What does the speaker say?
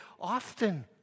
often